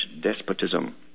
despotism